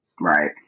Right